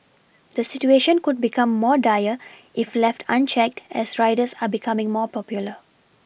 the situation could become more dire if left unchecked as riders are becoming more popular